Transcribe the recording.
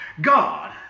God